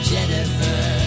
Jennifer